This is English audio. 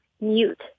mute